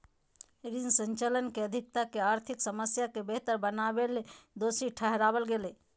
ऋण संचयन के अधिकता के आर्थिक समस्या के बेहतर बनावेले दोषी ठहराल गेलय